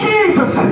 Jesus